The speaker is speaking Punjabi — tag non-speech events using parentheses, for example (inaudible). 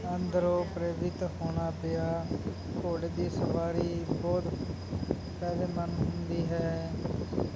ਅੰਦਰੋਂ ਪ੍ਰੇਰਿਤ ਹੋਣਾ ਪਿਆ ਘੋੜੇ ਦੀ ਸਵਾਰੀ ਬਹੁਤ (unintelligible) ਮੰਨਦੀ ਹੈ